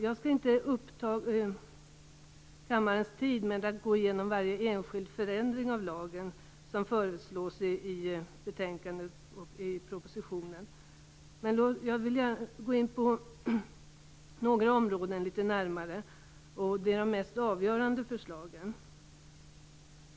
Jag skall inte uppta kammarens tid med att gå igenom varje enskild förändring av lagen som föreslås i betänkandet och i propositionen. Men jag vill gärna gå in på några områden litet närmare. Det gäller de mest avgörande förslagen.